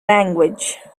language